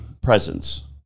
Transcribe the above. presence